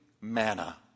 manna